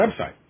website